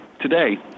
Today